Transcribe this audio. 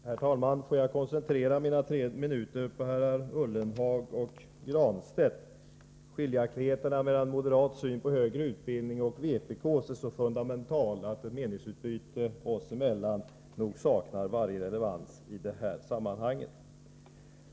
Herr talman! Jag tänker koncentrera mina tre minuter på herrar Ullenhag och Granstedt. Skiljaktigheterna mellan moderat syn på högre utbildning och vpk:s är så fundamentala att ett meningsutbyte oss emellan nog saknar varje relevans i detta sammanhang.